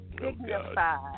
dignified